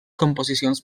composicions